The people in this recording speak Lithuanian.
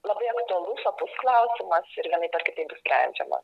labai aktualus opus klausimas ir vienaip ar kitaip bus sprendžiama